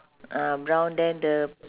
ah brown then the